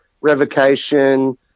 Revocation